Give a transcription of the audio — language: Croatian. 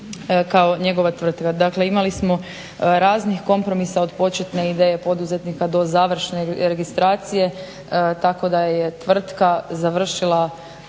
kao njegova tvrtka. Dakle imali smo raznih kompromisa od početne ideje poduzetnika do završen registracije tako da je tvrtka završila